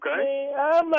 okay